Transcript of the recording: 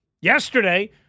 yesterday